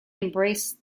embraced